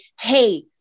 hey